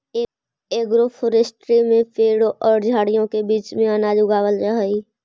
agroforestry में पेड़ों और झाड़ियों के बीच में अनाज उगावाल जा हई